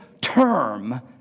term